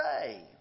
say